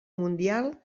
mundial